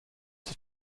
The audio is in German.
sich